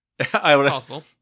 possible